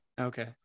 Okay